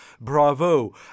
bravo